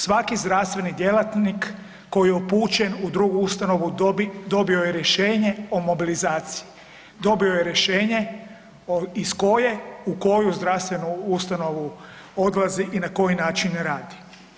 Svaki zdravstveni djelatnik koji je upućen u drugu ustanovu dobio je rješenje o mobilizaciji, dobio je rješenje iz koje u koju zdravstvenu ustanovu odlazi i na koji način radi.